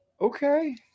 Okay